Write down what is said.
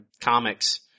comics